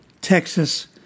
Texas